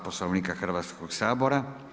Poslovnika Hrvatskoga sabora.